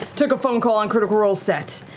took a phone call on critical role set.